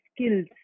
skills